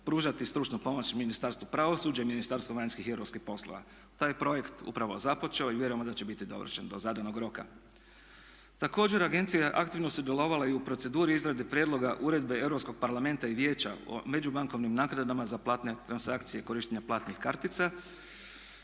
pružati stručnu pomoć Ministarstvu pravosuđa i Ministarstvu vanjskih i europskih poslova. Taj je projekt upravo započeo i vjerujemo da će biti dovršen do zadanog roka. Također agencija je aktivno sudjelovala i u proceduri izrade prijedloga uredbe Europskog parlamenta i vijeća o međubankovnim nagrada za platne transakcije i korištenja platnih kartica.